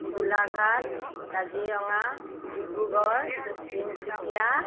Golaghat Kaziranga Dibrugarh Tinsukia